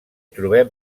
trobem